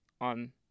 on